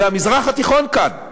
זה המזרח התיכון כאן,